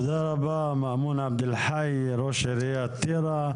תודה רבה מאמן אבד אלחי, ראש עיריית טירה.